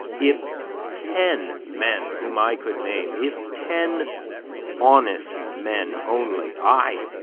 if ten men whom i could name if ten honest men only ay,